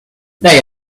they